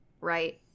right